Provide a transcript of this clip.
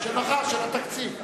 איך שאתם רוצים.